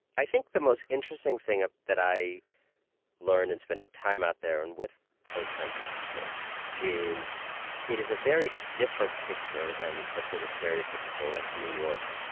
i think the most interesting thing ah that i learned in spending time out there and with those kinds of people is it is a very different picture than, let's say, the stereotypical like new york,